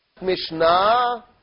Mishnah